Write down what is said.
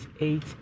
eight